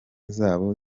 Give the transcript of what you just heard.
zabo